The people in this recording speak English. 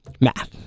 Math